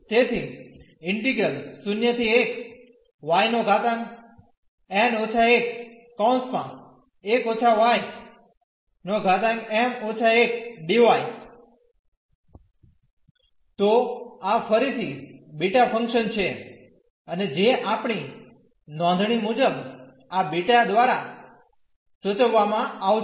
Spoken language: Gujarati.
તેથી તો આ ફરીથી બીટા ફંક્શન છે અને જે આપણી નોંધણી મુજબ આ બીટા દ્વારા સૂચવવામાં આવશે